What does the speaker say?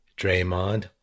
Draymond